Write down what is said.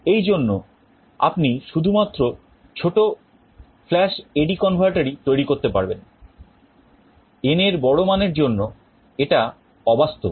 এইজন্য আপনি শুধুমাত্র ছোট flash AD converter তৈরি করতে পারবেন n এর বড় মানের জন্য এটা অবাস্তব